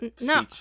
no